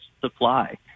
supply